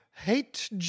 Hate